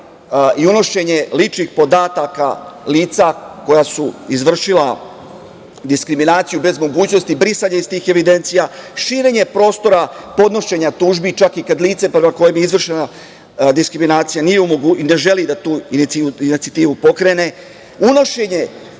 i unošenje ličnih podataka lica koja su izvršila diskriminaciju bez mogućnosti brisanja iz tih evidencija, širenja prostora, podnošenja tužbi, čak i kad lice prema kojem je izvršena diskriminacija, ne želi da tu inicijativu pokrene, unošenje